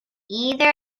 either